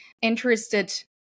interested